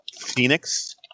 Phoenix